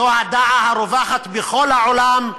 זו הדעה הרווחת בכל העולם,